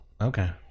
okay